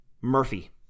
Murphy